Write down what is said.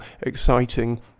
exciting